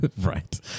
Right